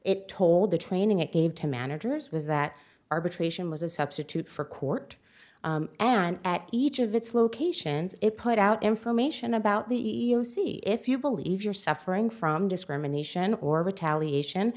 it told the training it gave to managers was that arbitration was a substitute for court and at each of its locations it put out information about the e e o c if you believe you're suffering from discrimination or retaliation